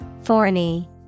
Thorny